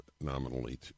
nominally